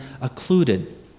occluded